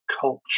culture